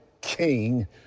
King